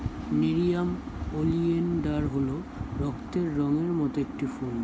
nerium oleander হল রক্তের রঙের মত একটি ফুল